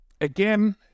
Again